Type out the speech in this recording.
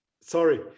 sorry